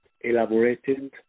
elaborated